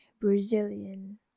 brazilian